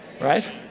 right